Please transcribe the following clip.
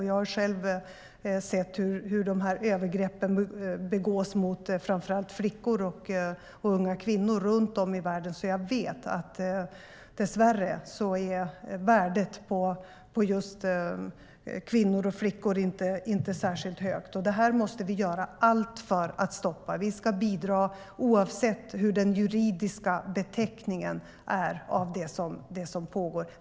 Jag har själv sett hur övergreppen begås mot framför allt flickor och unga kvinnor runt om i världen, så jag vet att värdet på just kvinnor och flickor dessvärre inte är särskilt högt. Vi måste göra allt för att stoppa det här. Vi ska bidra oavsett vad den juridiska beteckningen är av det som pågår.